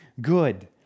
good